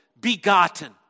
begotten